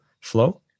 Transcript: flow